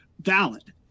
valid